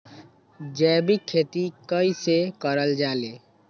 जैविक खेती कई से करल जाले?